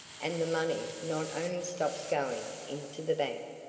and the money not only stops going into the bank,